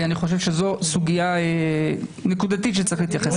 זו סוגיה נקודתית שצריך להתייחס אליה.